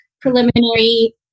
preliminary